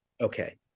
Okay